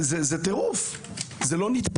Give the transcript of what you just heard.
זה טרוף, זה לא נתפס.